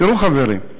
תראו, חברים,